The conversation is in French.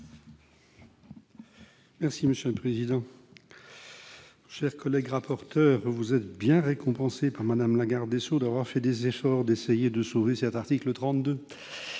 est à M. Jacques Bigot. Chers collègues rapporteurs, vous êtes bien récompensés par Mme la garde des sceaux d'avoir fait des efforts pour essayer de sauver cet article 32,